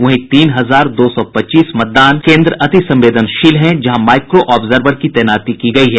वहीं तीन हजार दो सौ पच्चीस मतदान केन्द्र अति संवेदनशील हैं जहां माइक्रो ऑब्जर्वर की तैनाती की गयी है